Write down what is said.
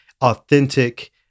authentic